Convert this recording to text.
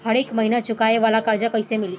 हरेक महिना चुकावे वाला कर्जा कैसे मिली?